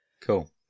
cool